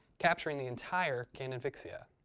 capturing the entire canon vixia.